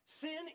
sin